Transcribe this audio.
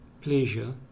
pleasure